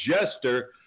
Jester